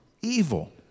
evil